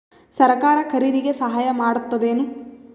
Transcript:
ಸರಕಾರ ಖರೀದಿಗೆ ಸಹಾಯ ಮಾಡ್ತದೇನು?